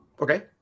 Okay